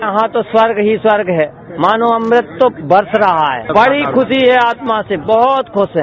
यहां तो स्वर्ग ही स्वर्ग है मानो अमृत तो बरस रहा है बड़ी खुशी है आत्मा से बहुत खुश हैं